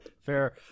Fair